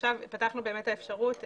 עכשיו פתחנו את האפשרות,